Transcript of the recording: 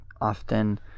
often